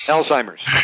Alzheimer's